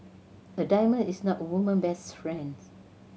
a diamond is not a woman best friends